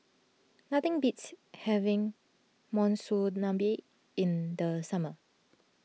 nothing beats having Monsunabe in the summer